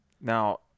Now